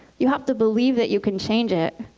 you have to believe that you can change it.